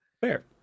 Fair